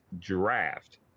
draft